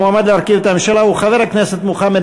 המועמד להרכיב את הממשלה הוא חבר הכנסת מוחמד